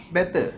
better